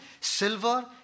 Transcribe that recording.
silver